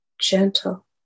gentle